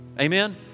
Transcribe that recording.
Amen